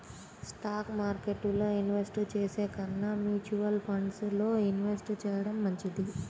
stock మార్కెట్టులో invest చేసే కన్నా మ్యూచువల్ ఫండ్స్ లో ఇన్వెస్ట్ చెయ్యడం మంచిది